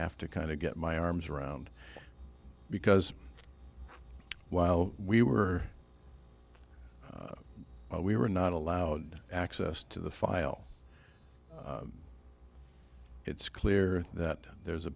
have to kind of get my arms around because while we were we were not allowed access to the file it's clear that there's a